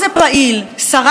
שרת המשפטים,